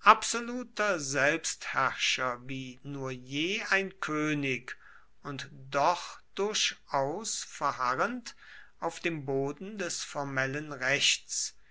absoluter selbstherrscher wie nur je ein könig und doch durchaus verharrend auf dem boden des formellen rechts